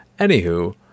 Anywho